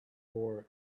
for